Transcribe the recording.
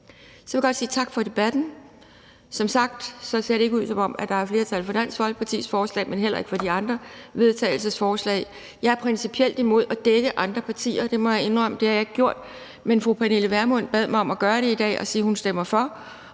Jeg vil godt sige tak for debatten. Som sagt ser det ikke ud, som om der er et flertal for Dansk Folkepartis forslag, men heller ikke for de andre vedtagelsesforslag. Jeg er principielt imod at dække andre partier, må jeg indrømme, men fru Pernille Vermund bad mig om at gøre det i dag og om at sige, at hun stemmer for.